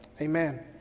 Amen